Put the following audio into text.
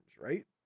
right